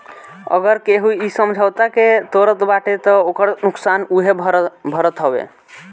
अगर केहू इ समझौता के तोड़त बाटे तअ ओकर नुकसान उहे भरत हवे